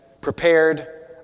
Prepared